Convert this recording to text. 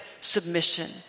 submission